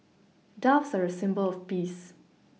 doves are a symbol of peace